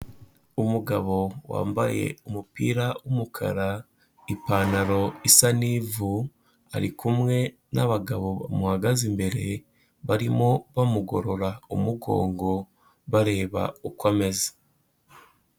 Umugabo wambaye umupira w'umukara, ipantaro isa n'ivu, ari kumwe n'abagabo bamuhagaze imbere, barimo bamugorora umugongo bareba uko ameze.